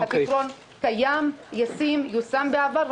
הפתרון קיים, ישים, יושם בעבר.